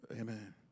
Amen